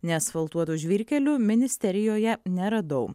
neasfaltuoto žvyrkelio ministerijoje neradau